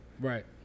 Right